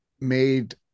made